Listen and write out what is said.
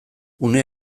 une